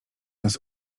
nas